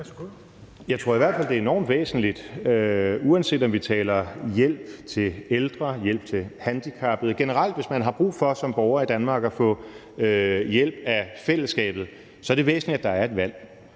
Jeg tror i hvert fald, det er enormt væsentligt – uanset om vi taler hjælp til ældre, til handicappede eller generelt, hvis man som borger i Danmark har brug for at få hjælp af fællesskabet – at der er et valg.